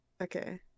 Okay